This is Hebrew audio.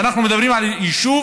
ואנחנו מדברים על יישוב